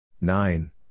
Nine